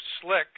Slick